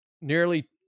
nearly